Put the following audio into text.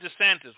DeSantis